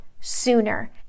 sooner